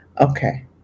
Okay